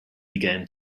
began